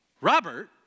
Robert